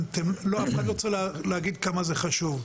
אתם לא, אף אחד לא צריך להגיד כמה זה חשוב.